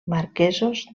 marquesos